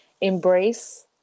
embrace